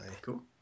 Cool